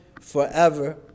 forever